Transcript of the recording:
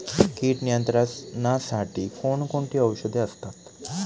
कीड नियंत्रणासाठी कोण कोणती औषधे असतात?